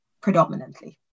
predominantly